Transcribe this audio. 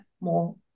more